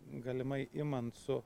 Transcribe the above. galimai imant su